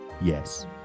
yes